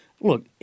look